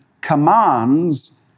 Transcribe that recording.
commands